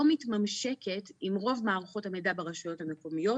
מתממשקת עם רוב מערכות המידע ברשויות המקומיות.